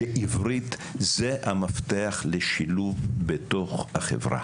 שעברית זה המפתח לשילוב בתוך החברה,